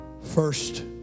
First